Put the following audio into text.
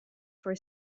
for